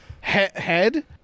head